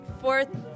fourth